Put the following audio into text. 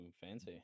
fancy